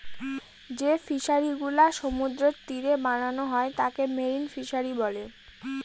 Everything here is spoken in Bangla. যে ফিশারিগুলা সমুদ্রের তীরে বানানো হয় তাকে মেরিন ফিশারী বলে